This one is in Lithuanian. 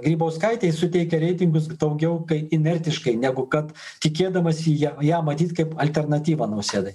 grybauskaitei suteikia reitingus daugiau kai inertiškai negu kad tikėdamasi ja ją matyt kaip alternatyvą nausėdai